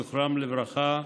זיכרונם לברכה,